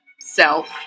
self